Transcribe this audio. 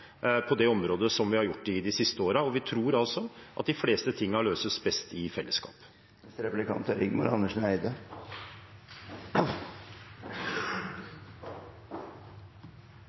på det området, som vi har gjort i de siste årene. Vi tror altså de fleste tingene løses best i